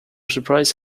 surprise